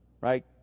right